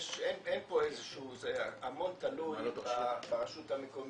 אין פה איזה שהוא המון תלוי ברשות המקומית,